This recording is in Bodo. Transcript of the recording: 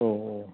औ औ